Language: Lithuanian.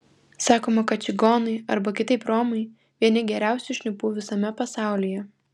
sakoma kad čigonai arba kitaip romai vieni geriausių šnipų visame pasaulyje